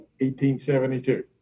1872